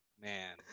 Man